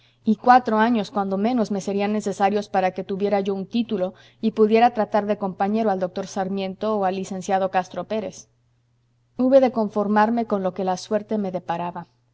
y cuatro años cuando menos me serían necesarios para que tuviera yo un título y pudiera tratar de compañero al doctor sarmiento o al lic castro pérez hube de conformarme con lo que la suerte me deparaba